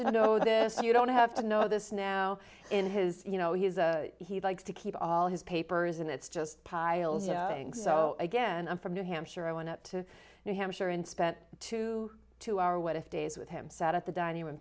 to know this or you don't have to know this now in his you know he's a he likes to keep all his papers and it's just piles again i'm from new hampshire i went up to new hampshire and spent two two hour what if days with him sat at the dining room